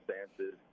circumstances